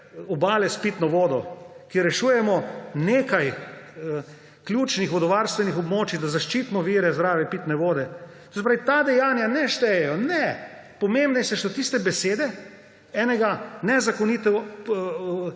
Obale s pitno vodo, ki rešujemo nekaj ključnih vodovarstvenih območij, da zaščitimo vire zdrave pitne vode. To se pravi, ta dejanja ne štejejo! Ne, pomembnejše so tiste besede enega nezakonito